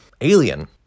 alien